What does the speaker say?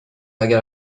اگر